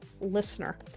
listener